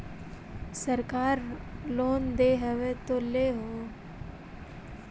सरकार लोन दे हबै तो ले हो?